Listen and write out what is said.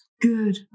good